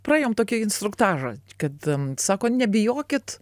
praėjom tokį instruktažą kad sako nebijokit